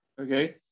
Okay